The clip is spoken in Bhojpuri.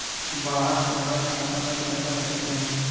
बाहर से हमरा खाता में पैसा कैसे आई?